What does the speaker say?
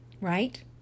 Right